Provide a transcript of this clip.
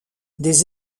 des